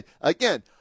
Again